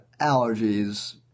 allergies